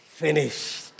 finished